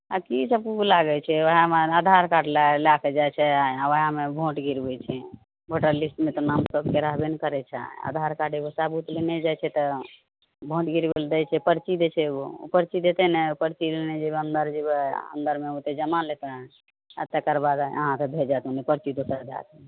आर की सब प्रूफ लागै छै वहएमे आधार कार्ड लए लए कऽ जाइ छै आ वहएमे भोट गिरबै छै भोटर लिस्टमे तऽ नाम सबके रहबे ने करै छै आधार कार्ड एगो सबुत लेने जाइ छै तऽ भोट गिरबै लए दै छै परची दै छै एगो परची देतै ने परची लेने जेबै अन्दर जेबै अन्दरमे ओते जमा लेतै आ तकरबाद अहाँके भेजत ओने परची दोसर दए कऽ